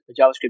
JavaScript